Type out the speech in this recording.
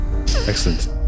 Excellent